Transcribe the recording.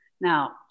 Now